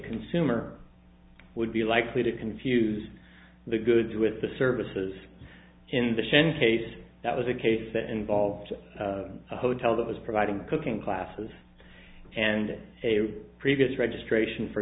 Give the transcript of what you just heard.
consumer would be likely to confuse the goods with the services in the shannon case that was a case that involved a hotel that was providing cooking classes and a previous registration for